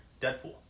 deadpool